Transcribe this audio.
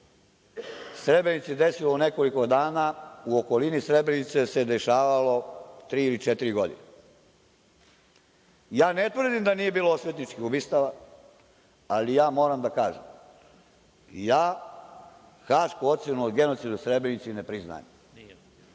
Srebrenici desilo u nekoliko dana, u okolini Srebrenice se dešavalo tri ili četiri godine. Ne tvrdim da nije bilo osvetničkim ubistava, ali moram da kažem, hašku ocenu o genocidu u Srebrenici ne priznajem.